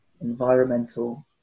environmental